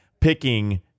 picking